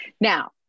Now